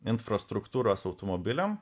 infrastruktūros automobiliam